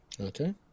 Okay